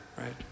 Right